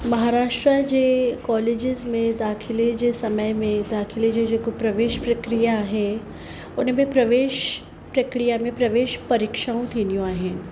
महाराष्ट्रा जे कॉलेजिस में दाख़िले जे समय में दाख़िले जो जेको प्रवेश प्रक्रिया आहे उन में प्रवेश प्रक्रिया में प्रवेश परीक्षाऊं थींदियूं आहिनि